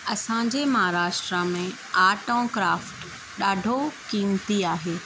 असांजे महाराष्ट्र में आर्ट ऐं क्राफ्ट ॾाढो क़ीमती आहे